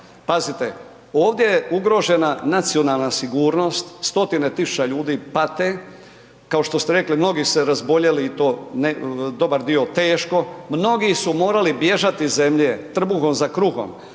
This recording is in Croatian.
pazite, ovdje je ugrožena nacionalna sigurnost, stotina tisuća ljudi pate. Kao što ste rekli mnogi su se razboljeli i to dobar dio teško, mnogi su morali bježati iz zemlje trbuhom za kruhom.